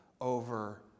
over